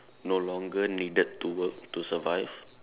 no longer needed to work to survive